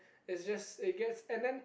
it's just it gets and then